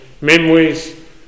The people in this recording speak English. memories